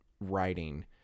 writing